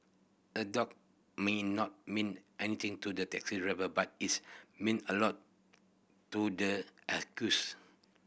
a dog may not mean anything to the taxi driver but it meant a lot to the accused